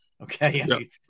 Okay